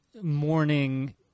morning